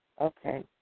Okay